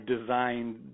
designed